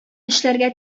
эшләргә